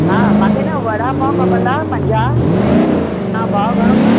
हा मूंखे न वड़ा पाव खपंदा पंजाहु तव्हां भाउ घणो लॻाईंदाऔ